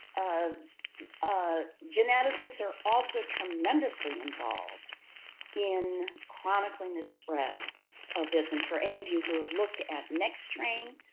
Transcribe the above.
ah ah geneticists are also tremendously involved in chronicling this spread of this. and for any of you who have looked at nexttrain,